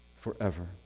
forever